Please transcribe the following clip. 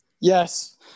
yes